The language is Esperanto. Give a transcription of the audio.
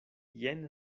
jen